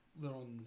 little